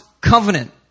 covenant